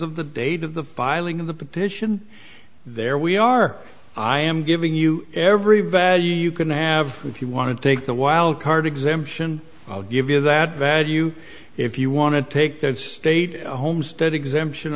of the date of the filing of the petition there we are i am giving you every value you can have if you want to take the wild card exemption i'll give you that value if you want to take that state homestead exemption